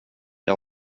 jag